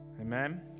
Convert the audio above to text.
Amen